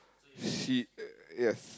she yes